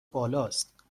بالاست